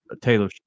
Taylor